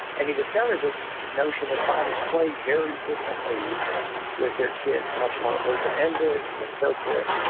and he discovered this notion that fathers play very differently with their kids, much more open-ended and so forth,